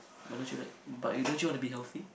but don't you like but you don't you wanna be healthy